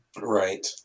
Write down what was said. Right